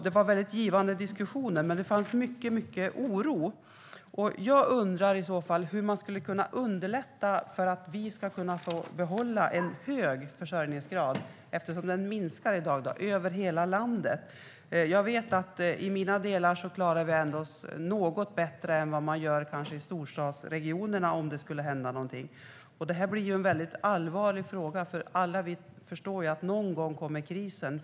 Det var givande diskussioner, men det fanns mycket oro. Jag undrar hur man skulle kunna underlätta så att vi kan behålla en hög försörjningsgrad, eftersom den sjunker i dag över hela landet. I mina delar skulle vi klara oss något bättre än i storstadsregionerna, om något skulle hända. Det är en allvarlig fråga, för vi förstår alla att någon gång kommer krisen.